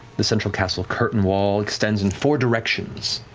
the central castle curtain wall extends in four directions,